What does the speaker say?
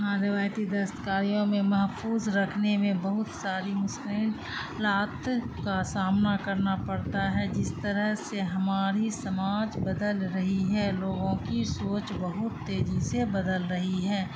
ہاں روایتی دستکاریوں میں محفوظ رکھنے میں بہت ساری لات کا سامنا کرنا پڑتا ہے جس طرح سے ہماری سماج بدل رہی ہے لوگوں کی سوچ بہت تیزی سے بدل رہی ہے